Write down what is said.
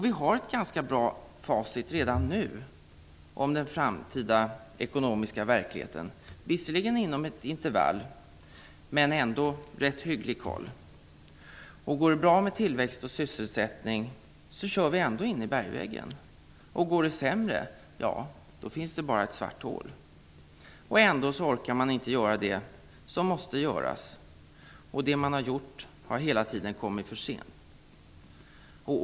Vi har ett ganska bra facit redan nu om den framtida ekonomiska verkligheten, visserligen inom ett intervall, men ändå rätt hygglig koll. Går det bra med tillväxt och sysselsättning kör vi ändå in i bergväggen. Går det sämre finns bara ett svart hål. Ändå orkar man inte göra det som måste göras, och det man har gjort har hela tiden kommit för sent.